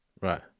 Right